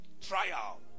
trial